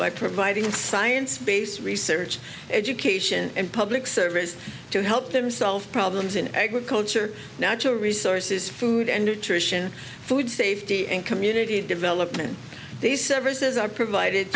by providing science based research education and public service to help them solve problems in agriculture natural resources food and nutrition food safety and community development these services are provided